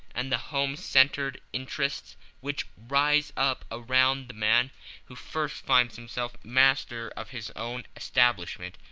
and the home-centred interests which rise up around the man who first finds himself master of his own establishment,